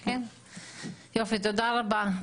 יופי, תודה רבה.